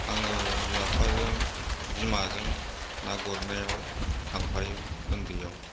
आङो बिमा बिफाजों बिमाजों ना गुरनायाव थांफायोमोन उन्दैआव